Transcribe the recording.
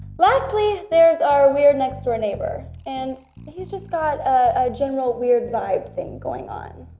lastly there's our weird next door neighbor and he's just got a general weird vibe thing going on.